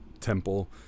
temple